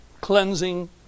cleansing